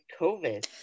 COVID